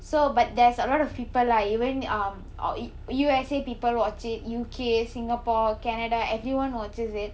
so but there's a lot of people ah even um uh U_S_A people watch it U_K singapore canada everyone watches it